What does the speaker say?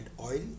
oil